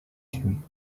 him